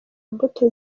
imbuto